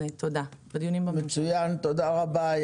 תודה רבה.